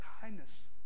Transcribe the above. kindness